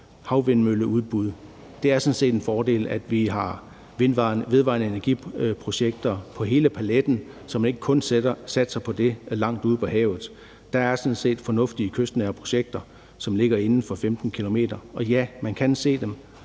havvindmølleudbud. Det er sådan set en fordel, at vi har vedvarende energi-projekter på hele paletten, så man ikke kun satser på det langt ude på havet. Der er sådan set fornuftige kystnære projekter, som ligger inden for 15 km fra kysten. Og ja, man kan se dem,